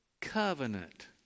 covenant